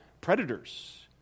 predators